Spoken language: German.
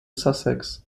sussex